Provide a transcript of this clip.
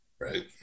Right